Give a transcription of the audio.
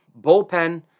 Bullpen